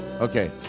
Okay